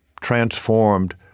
transformed